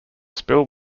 spill